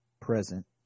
present